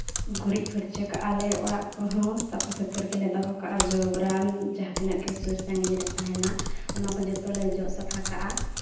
ᱜᱩᱨᱤᱡᱽ ᱯᱷᱩᱨᱪᱟᱹ ᱠᱟᱜᱼᱟ ᱞᱮ ᱚᱲᱟᱜ ᱠᱚᱦᱚᱸ ᱥᱟᱯᱷᱟ ᱥᱩᱛᱟᱹᱨ ᱜᱮᱞᱮ ᱫᱚᱦᱚ ᱠᱟᱜᱼᱟ ᱡᱚᱵᱽᱨᱟ ᱡᱟᱦᱟᱸᱛᱤᱱᱟᱹᱜ ᱜᱮ ᱥᱩᱨ ᱥᱟᱺᱜᱤᱧ ᱨᱮ ᱛᱟᱦᱮᱸᱱᱟ ᱚᱱᱟ ᱠᱚ ᱡᱚᱛᱚ ᱞᱮ ᱡᱚᱜ ᱥᱟᱯᱷᱟ ᱠᱟᱜᱼᱟ